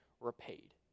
repaid